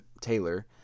Taylor